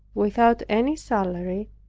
without any salary,